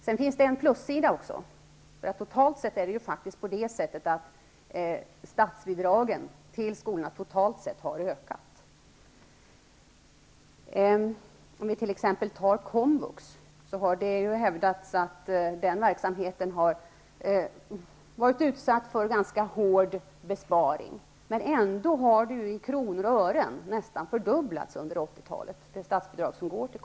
Sedan finns det en plussida också. Statsbidragen till skolorna har ökat totalt sett. Beträffande t.ex. komvux har det hävdats att den verksamheten har varit utsatt för en ganska hård besparing. Men det statsbidrag som går till komvux har i kronor och ören nästan fördubblats under 80-talet.